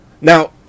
Now